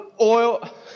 Oil